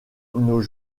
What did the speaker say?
nos